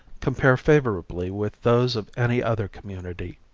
compare favorably with those of any other community.